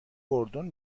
گردن